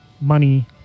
money